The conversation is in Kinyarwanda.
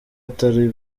atari